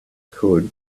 could